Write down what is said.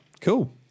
cool